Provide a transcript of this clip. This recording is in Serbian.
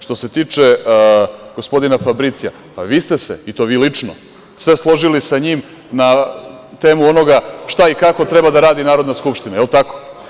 Što se tiče gospodina Fabricija, pa vi ste se i to vi lično, sve složili sa njim na temu onoga šta i kako treba da radi Narodna skupština, jel tako?